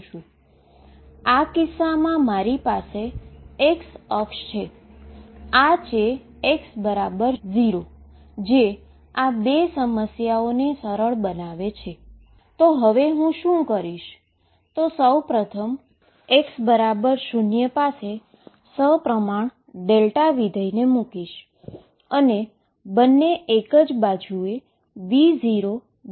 જો તમારે તેને અહીં સ્થાયી કરવું હોય તો આપણે ∞x2dx લઈશું જે આપણને A2ગણો કોઈ કોન્સટન્ટ આપે છે જે 1 પાસે સ્થાયી થાય છે